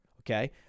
Okay